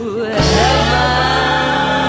heaven